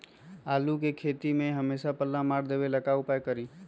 आलू के खेती में हमेसा पल्ला मार देवे ला का उपाय करी?